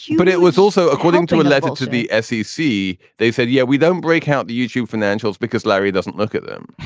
but it was also, according to a letter to the fcc, they said, yeah, we don't break out the youtube financials because larry doesn't look at them,